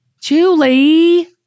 Julie